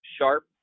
sharp